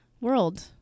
world